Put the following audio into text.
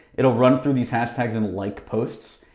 it'll run through these hashtags and like posts.